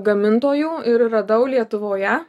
gamintojų ir radau lietuvoje